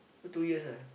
so two years ah